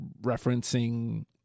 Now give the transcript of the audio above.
referencing